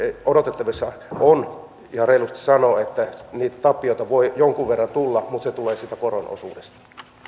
odotettavissa on ja reilusti sanon että niitä tappioita voi jonkun verran tulla mutta ne tulevat siitä koron osuudesta